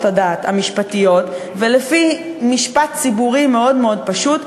הדעת המשפטיות ולפי משפט ציבורי מאוד פשוט,